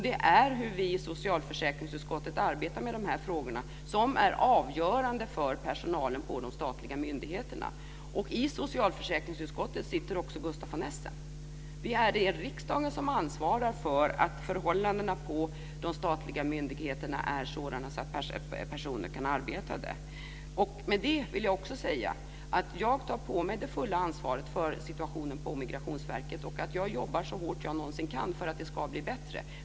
Det är hur vi i socialförsäkringsutskottet arbetar med dessa frågor som är avgörande för personalen på de statliga myndigheterna. I socialförsäkringsutskottet sitter också Gustaf von Essen. Det är riksdagen som ansvarar för att förhållandena på de statliga myndigheterna är sådana att personer kan arbeta där. Jag tar på mig det fulla ansvaret för situationen på Migrationsverket. Jag jobbar så hårt jag någonsin kan för att det ska bli bättre.